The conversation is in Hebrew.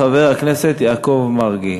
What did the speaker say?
חבר הכנסת משולם נהרי אינו נמצא.